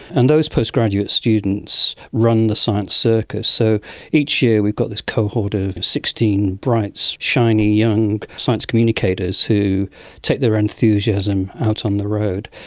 and those postgraduate students run the science circus. so each year we've got this cohort of sixteen bright so shiny young science communicators who take their enthusiasm out on the road.